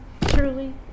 truly